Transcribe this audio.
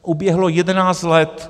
Uběhlo 11 let.